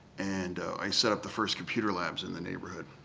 and i set up the first computer labs in the neighborhood.